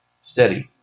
Steady